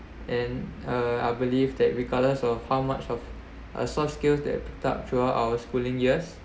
and uh I believe that regardless of how much of uh soft skills that dark throughout our schooling years